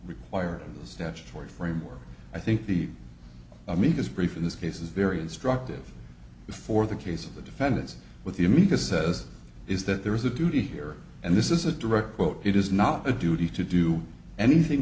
required in the statutory framework i think the amicus brief in this case is very instructive for the case of the defendants with the amicus says is that there is a duty here and this is a direct quote it is not a duty to do anything